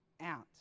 out